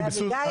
באביגיל הייתי.